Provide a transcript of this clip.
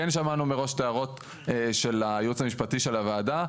כן שמענו מראש את ההערות של היועץ המשפטי של הוועדה.